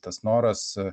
tas noras